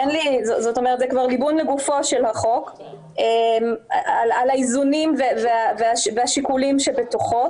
זה כבר ליבון לגופו של החוק על האיזונים והשיקולים שבתוכו.